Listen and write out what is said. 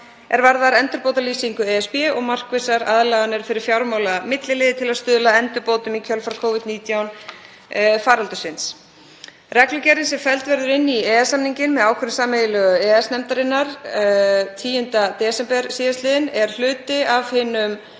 er varðar endurbótalýsingu ESB og markvissar aðlaganir fyrir fjármálamilliliði til að stuðla að endurbótum í kjölfar Covid-19 faraldursins. Reglugerðin, sem felld verður inn í EES-samninginn með ákvörðun sameiginlegu EES-nefndarinnar frá 10. desember sl., er hluti af hinum